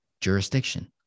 Jurisdiction